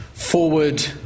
forward